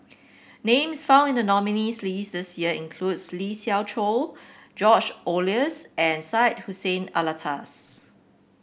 names found in the nominees' list this year include Lee Siew Choh George Oehlers and Syed Hussein Alatas